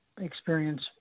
experience